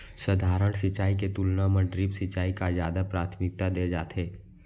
सधारन सिंचाई के तुलना मा ड्रिप सिंचाई का जादा प्राथमिकता दे जाथे